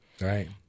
Right